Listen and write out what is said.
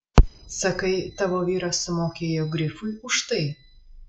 sakai tavo vyras sumokėjo grifui už tai